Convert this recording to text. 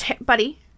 buddy